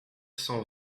cent